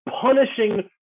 punishing